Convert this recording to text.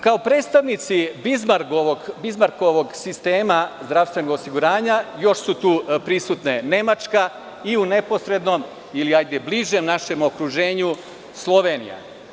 Kao predstavnici Bizmarkovog sistema zdravstvenog osiguranja još su tu prisutne Nemačka i u neposrednom, ili bližem našem okruženju, Slovenija.